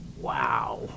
Wow